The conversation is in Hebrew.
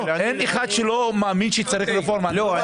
אין אחד שלא מאמין שצריך רפורמה --- לא,